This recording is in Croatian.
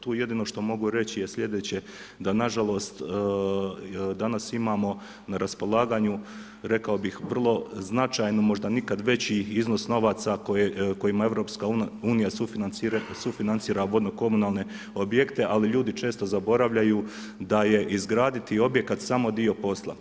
Tu jedino što mogu reći je slijedeće, da nažalost danas imamo na raspolaganju, rekao bih, vrlo značajnu možda nikad veći iznos novaca kojima EU sufinancira vodno-komunalne objekte, ali ljudi često zaboravljaju da je izgraditi objekata samo dio posla.